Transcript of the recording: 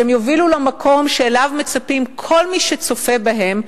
שהן יובילו למקום שאליו מצפה כל מי שצופה בהן,